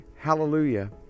hallelujah